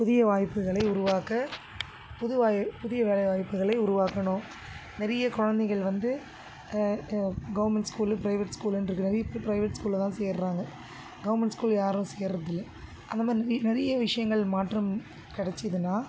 புதிய வாய்ப்புகளை உருவாக்க புது வா புதிய வேலை வாய்ப்புகளை உருவாக்கணும் நிறைய குழந்தைகள் வந்து கவர்மெண்ட் ஸ்கூலு ப்ரைவேட் ஸ்கூலுன்ருக்குது இப்போ ப்ரைவேட் ஸ்கூல்லதான் சேருறாங்க கவர்மெண்ட் ஸ்கூல் யாரும் சேர்றதில்லை அந்தமாதிரி நிறைய விஷயங்கள் மாற்றம் கிடைச்சிதுன்னா